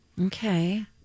Okay